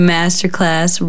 Masterclass